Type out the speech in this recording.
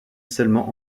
seulement